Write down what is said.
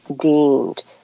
deemed